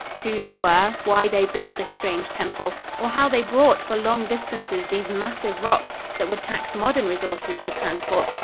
who they were, why they built this strange temple, or how they brought for long distances these massive rocks that would tax modern resources to transport,